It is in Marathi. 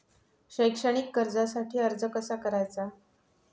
शैक्षणिक कर्जासाठी अर्ज कसा करायचा?